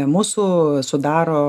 mūsų sudaro